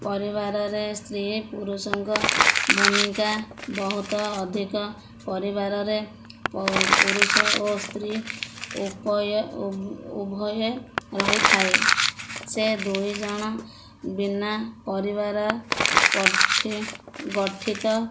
ପରିବାରରେ ସ୍ତ୍ରୀ ପୁରୁଷଙ୍କ ଭୂମିକା ବହୁତ ଅଧିକ ପରିବାରରେ ପ ପୁରୁଷ ଓ ସ୍ତ୍ରୀ ଉଭୟ ରହିଥାଏ ସେ ଦୁଇଜଣ ବିନା ପରିବାର ପଠି ଗଠିତ